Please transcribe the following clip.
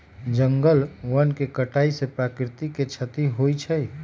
जंगल वन के कटाइ से प्राकृतिक के छति होइ छइ